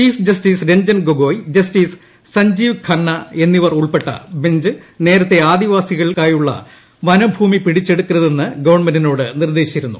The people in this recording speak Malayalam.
chief justice Ranjan Gogoi justice Sanjiv Khanna എന്നിവർ ഉൾപ്പെട്ട ബഞ്ച് നേരത്തെ ആദിവാസി കൾക്കായുള്ള വനഭൂമി പിടിച്ചെടുക്കരുതെന്ന് ഗവൺമെന്റിനോട് നിർദേശിച്ചിരുന്നു